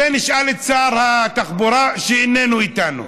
את זה נשאל את שר התחבורה, שאיננו איתנו.